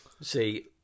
See